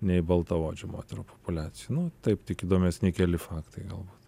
nei baltaodžių moterų populiacijoj nu taip tik įdomesni keli faktai galbūt